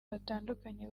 batandukanye